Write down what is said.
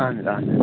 اَہَن حظ اَہَن حظ